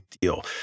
deal